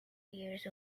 years